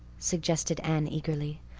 suggested anne eagerly.